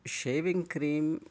shaving cream